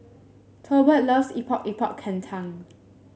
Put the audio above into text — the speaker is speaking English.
Tolbert loves Epok Epok Kentang